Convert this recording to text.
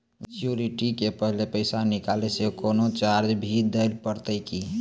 Maturity के पहले पैसा निकालै से कोनो चार्ज भी देत परतै की?